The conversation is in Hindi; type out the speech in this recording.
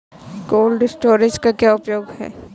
कोल्ड स्टोरेज का क्या उपयोग है?